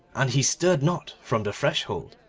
and he stirred not from the threshold.